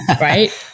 right